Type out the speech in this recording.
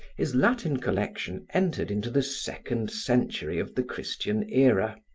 his latin collection entered into the second century of the christian era,